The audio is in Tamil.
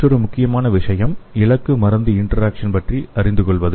மற்றொரு முக்கியமான விஷயம் இலக்கு மருந்து இன்டராக்சன் பற்றி அறிந்து கொள்வது